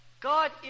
God